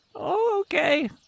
Okay